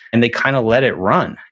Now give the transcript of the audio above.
and they kind of let it run.